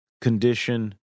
condition